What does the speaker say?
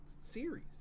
series